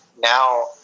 now